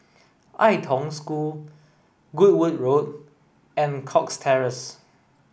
Ai Tong School Goodwood Road and Cox Terrace